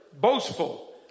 boastful